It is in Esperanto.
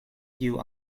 kiu